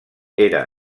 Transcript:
era